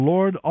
Lord